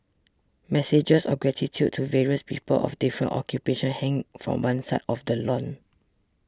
messages of gratitude to various people of different occupations hang from one side of the lawn